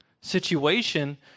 situation